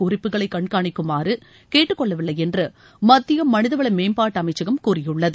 குறிப்புகளை கண்காணிக்குமாறு கேட்டுக்கொள்ளவில்லை என்று மத்திய மனிதவள மேம்பாட்டு அமைச்சகம் கூறியுள்ளது